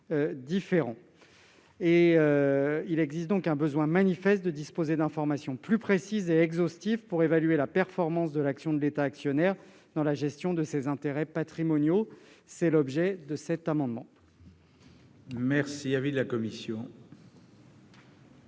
Il existe donc un besoin manifeste de disposer d'informations plus précises et exhaustives pour évaluer la performance de l'action de l'État actionnaire dans la gestion de ses intérêts patrimoniaux. Quel est l'avis de la commission